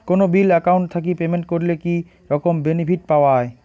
কোনো bill account থাকি payment করলে কি রকম বেনিফিট পাওয়া য়ায়?